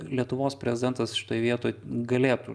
lietuvos prezidentas šitoj vietoj galėtų